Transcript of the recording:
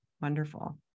Wonderful